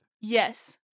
Yes